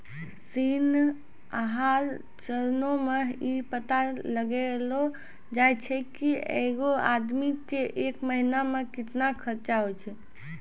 ऋण आहार चरणो मे इ पता लगैलो जाय छै जे एगो आदमी के एक महिना मे केतना खर्चा होय छै